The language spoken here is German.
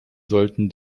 sollten